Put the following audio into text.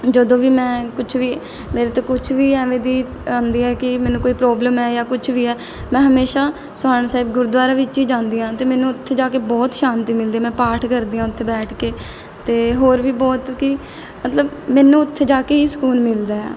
ਜਦੋਂ ਵੀ ਮੈਂ ਕੁਛ ਵੀ ਮੇਰੇ ਤੋਂ ਕੁਛ ਵੀ ਐਵੇਂ ਦੀ ਆਉਂਦੀ ਹੈ ਕਿ ਮੈਨੂੰ ਕੋਈ ਪ੍ਰੋਬਲਮ ਹੈ ਜਾਂ ਕੁਛ ਵੀ ਹੈ ਮੈਂ ਹਮੇਸ਼ਾਂ ਸੋਹਾਣਾ ਸਾਹਿਬ ਗੁਰਦੁਆਰਾ ਵਿੱਚ ਹੀ ਜਾਂਦੀ ਹਾਂ ਅਤੇ ਮੈਨੂੰ ਉੱਥੇ ਜਾ ਕੇ ਬਹੁਤ ਸ਼ਾਂਤੀ ਮਿਲਦੀ ਮੈਂ ਪਾਠ ਕਰਦੀ ਹਾਂ ਉੱਥੇ ਬੈਠ ਕੇ ਅਤੇ ਹੋਰ ਵੀ ਬਹੁਤ ਕਿ ਮਤਲਬ ਮੈਨੂੰ ਉੱਥੇ ਜਾ ਕੇ ਹੀ ਸਕੂਨ ਮਿਲਦਾ ਆ